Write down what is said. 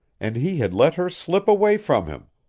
and he had let her slip away from him,